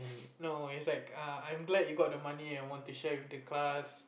no it's like I glad you got the money and want to share with the class